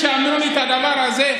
כשאמרו לי את הדבר הזה,